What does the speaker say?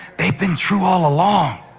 they've been true all along,